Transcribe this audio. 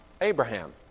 Abraham